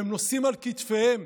והם נושאים על כתפיהם